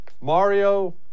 Mario